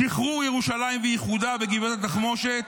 שחרור ירושלים ואיחודה בגבעת התחמושת,